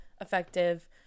effective